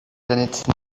planète